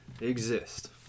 exist